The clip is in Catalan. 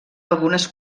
algunes